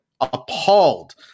appalled